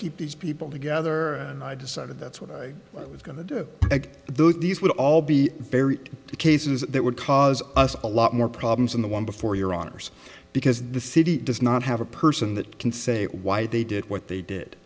keep these people together and i decided that's what i was going to do though these would all be very cases that would cause us a lot more problems than the one before your honor's because the city does not have a person that can say why they did what they did